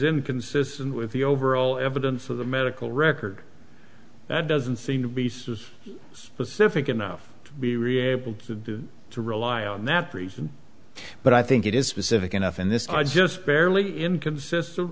inconsistent with the overall evidence of the medical record that doesn't seem to be specific enough to be really to to rely on that reason but i think it is specific enough in this i just barely inconsistent